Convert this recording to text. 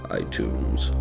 iTunes